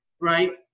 right